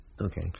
Okay